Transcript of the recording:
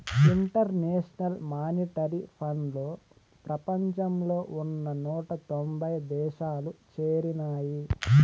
international monetary ఫండ్లో ప్రపంచంలో ఉన్న నూట తొంభై దేశాలు చేరినాయి